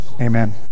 Amen